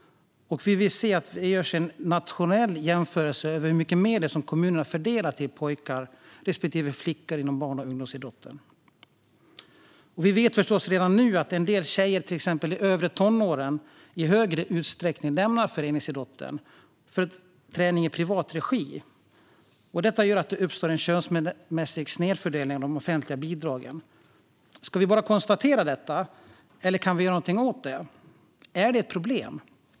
Vi vill också att det görs en nationell jämförelse av hur mycket medel som kommunerna fördelar till pojkar respektive flickor inom barn och ungdomsidrotten. Vi vet redan nu att tjejer i övre tonåren i större utsträckning lämnar föreningsidrotten för träning i privat regi, vilket gör att det uppstår en könsmässig snedfördelning av de offentliga bidragen. Ska vi bara konstatera detta, eller kan vi göra något åt det? Är det ett problem?